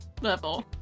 level